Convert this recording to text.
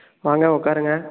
வாங்க உக்காருங்க